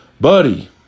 buddy